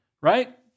Right